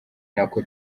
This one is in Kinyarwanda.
nako